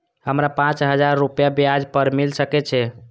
हमरा पाँच हजार रुपया ब्याज पर मिल सके छे?